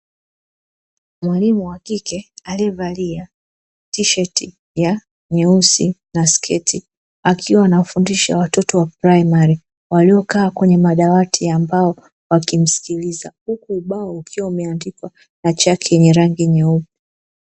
Mwalimu wa kike aliyevalia tisheti nyeusi pamoja na sketi, akiwa anafundisha watoto wa praimari waliokaa kwa madawati ya mbao wakimsikiliza, huku ubao ukiwa umeandikwa na chaki yenye rangi nyeupe.